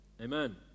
Amen